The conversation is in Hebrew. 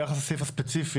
ביחס לסעיף הספציפי,